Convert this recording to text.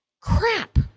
crap